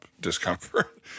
discomfort